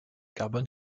carbon